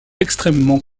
extrêmement